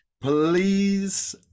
Please